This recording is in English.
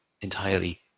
entirely